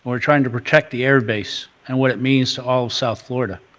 are trying to protect the air base and what it means to all of south florida.